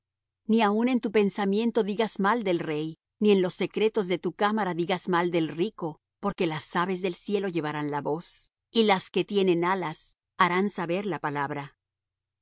ni aun en tu pensamiento digas mal del rey ni en los secretos de tu cámara digas mal del rico porque las aves del cielo llevarán la voz y las que tienen alas harán saber la palabra